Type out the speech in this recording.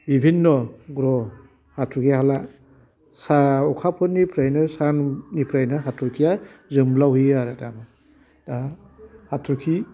बिबिनन' ग्रह' हाथरखि हाला सा अखाफोरनिफ्रायनो साननिफ्रायनो हाथरखिया जोंब्लाउहैयो आरो दा दा हाथरखि